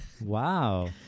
Wow